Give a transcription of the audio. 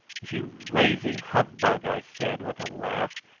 you lazy humbug! i said with a laugh,